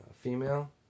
female